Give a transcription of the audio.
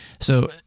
So-